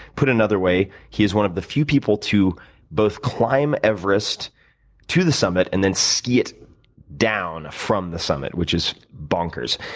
put another way, he is one of the few people to both climb everest to the summit and then ski it down from the summit, which is bonkers.